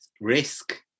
risk